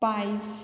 पायस